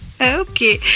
Okay